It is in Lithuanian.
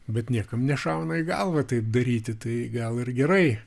bet niekam nešauna į galvą tai daryti tai gal ir gerai